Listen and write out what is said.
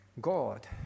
God